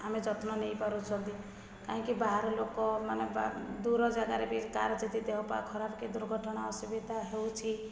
ଆମ ଯତ୍ନ ନେଇପାରୁଛନ୍ତି କାହିଁକି ବାହାର ଲୋକମାନେ ବା ଦୂରଜାଗାରେ ବି କାହାର ଯଦି ଦେହ ପା ଖରାପ କି ଦୁର୍ଘଟଣା ଅସୁବିଧା ହେଉଛି